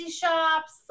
shops